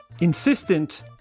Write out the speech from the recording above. insistent